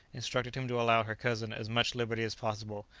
instructed him to allow her cousin as much liberty as possible,